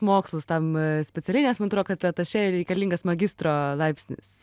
mokslus tam specialiai nes man atrodo kad atašė reikalingas magistro laipsnis